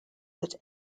that